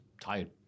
tired